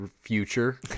future